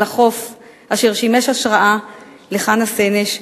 על החוף אשר שימש השראה לחנה סנש,